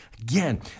Again